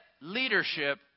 leadership